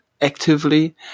actively